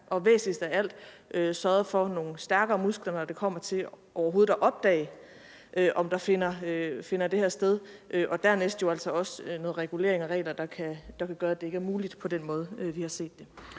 og væsentligst af alt er det at sørge for nogle stærkere muskler, når det kommer til overhovedet at opdage, at det her finder sted, og dernæst handler det også om noget regulering af regler, der kan gøre, at det, vi har set,